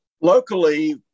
Locally